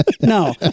No